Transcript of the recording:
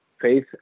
Faith